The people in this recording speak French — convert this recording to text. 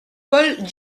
paul